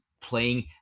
playing –